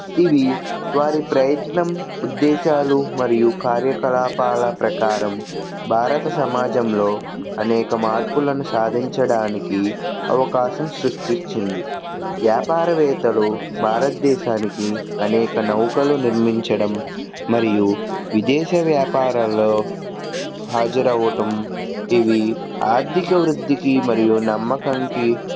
ఇవి వారి ప్రయత్నం ఉద్దేశాలు మరియు కార్యకలాపాల ప్రకారం భారత సమాజంలో అనేక మార్పులను సాధించడానికి అవకాశం సృష్టించింది వ్యాపారవేత్తలు భారతదేశానికి అనేక నౌకలు నిర్మించడం మరియు విదేశ వ్యాపారాల్లో హాజరవ్వటం ఇవి ఆర్థిక వృద్ధికి మరియు నమ్మకంకి